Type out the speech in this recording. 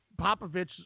Popovich